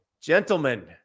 Gentlemen